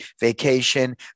vacation